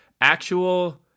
actual